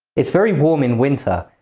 it's very warm in winter,